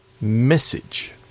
Message